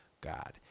God